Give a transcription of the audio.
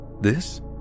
This